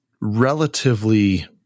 relatively